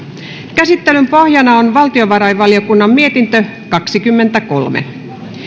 käsittelyn pohjana on valtiovarainvaliokunnan mietintö kaksikymmentäkolme